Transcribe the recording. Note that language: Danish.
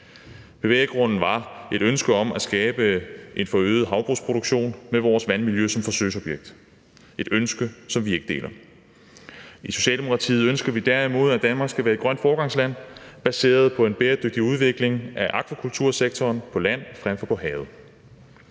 Bevæggrunden var et ønske om at skabe en forøget havbrugsproduktion med vores vandmiljø som forsøgsobjekt – et ønske, som vi ikke deler. I Socialdemokratiet ønsker vi derimod, at Danmark skal være et grønt foregangsland baseret på en bæredygtig udvikling af akvakultursektoren på land, hvor